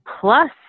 Plus